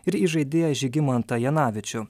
ir įžaidėją žygimantą janavičių